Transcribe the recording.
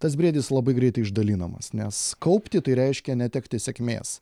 tas briedis labai greitai išdalinamas nes kaupti tai reiškia netekti sėkmės